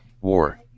war